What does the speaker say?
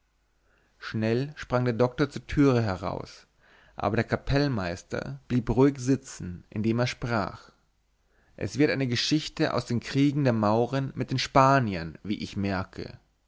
schnell sprang der doktor zur türe heraus aber der kapellmeister blieb ruhig sitzen indem er sprach es wird eine geschichte aus den kriegen der mauren mit den spaniern wie ich merke